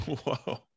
Whoa